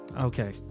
Okay